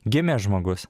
gimė žmogus